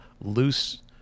loose